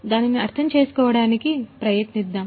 దానిని అర్థం చేసుకోవడానికి ప్రయత్నిద్దాం